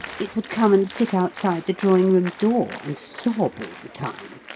it would come and sit outside the drawing-room door, and sob all the time.